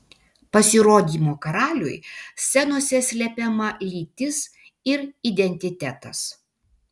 pasirodymo karaliui scenose slepiama lytis ir identitetas